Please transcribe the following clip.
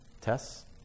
tests